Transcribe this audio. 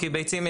כי ביצים,